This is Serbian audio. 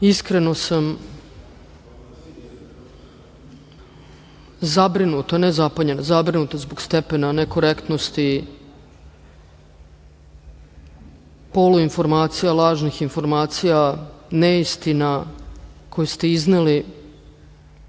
Iskreno sam zabrinuta, ne zapanjena, zabrinuta zbog stepena nekorektnosti, poluinformacija, lažnih informacija, neistina, koje ste izneli,